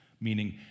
meaning